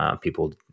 people